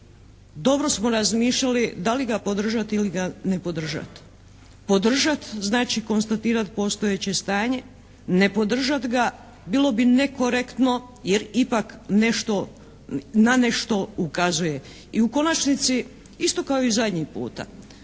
dobro smo razmišljali da li ga podržati ili ga ne podržati? Podržati znači konstatirati postojeće stanje. Ne podržati ga bilo bi nekorektno jer ipak nešto, na nešto ukazuje. I u konačnici isto kao i zadnji puta.